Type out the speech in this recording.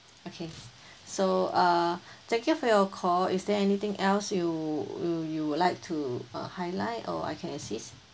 okay so uh thank you for your call is there anything else you you you would like to uh highlight or I can assist